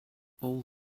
all